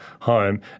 home